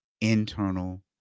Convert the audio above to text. internal